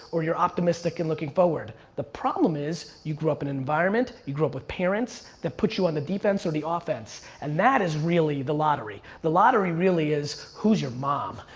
or you're optimistic and looking forward. the problem is, you grow up in an environment, you grow up with parents that put you on the defense or the offense. and that is really the lottery. the lottery really is who's your mom,